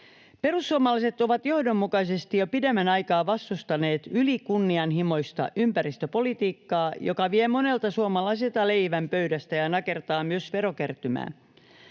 Perussuomalaiset ovat johdonmukaisesti jo pidemmän aikaa vastustaneet ylikunnianhimoista ympäristöpolitiikkaa, joka vie monelta suomalaiselta leivän pöydästä ja nakertaa myös verokertymää.